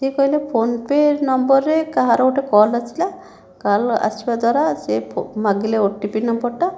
ସେ କହିଲେ PhonePe ନମ୍ବରରେ କାହାର ଗୋଟେ କଲ୍ ଆସିଲା କଲ୍ ଆସିବା ଦ୍ଵାରା ସେ ମାଗିଲେ ଓ ଟି ପି ନମ୍ବରଟା